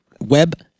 web